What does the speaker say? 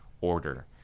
order